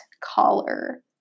collar